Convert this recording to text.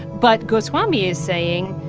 but goswami is saying,